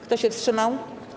Kto się wstrzymał?